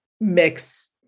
mix